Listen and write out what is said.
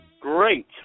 Great